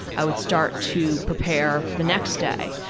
i would start to prepare for the next day.